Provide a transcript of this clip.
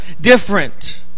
different